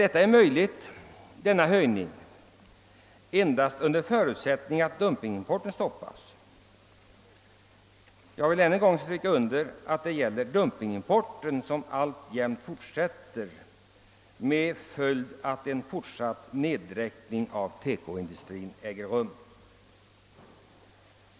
Denna höjning är mellertid möjlig endast under förutsättning att dumpingimporten stoppas. Jag vill ännu en gång stryka under att det gäller dumpingimporten, som alltjämt fortsätter, med en fortsatt nedgång av TEKO-industrin som följd.